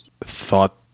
thought